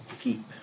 Keep